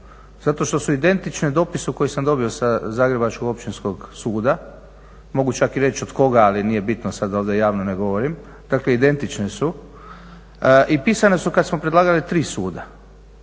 zato što su identične dopisu koji sam dobio sa Zagrebačkog općinskog suda. Mogu čak i reći od koga, ali nije bitno sad ovdje javno ne govorim. Dakle, identične su i pisane su kad smo predlagali tri suda